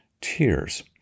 tears